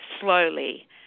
slowly